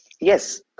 yes